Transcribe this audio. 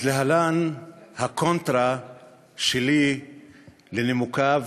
אז להלן הקונטרה שלי לנימוקיו